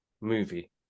movie